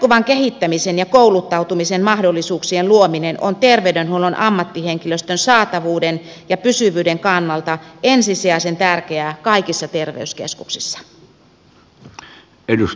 jatkuvan kehittämisen ja kouluttautumisen mahdollisuuksien luominen on terveydenhuollon ammattihenkilöstön saatavuuden ja pysyvyyden kannalta ensisijaisen tärkeää kaikissa terveyskeskuksissa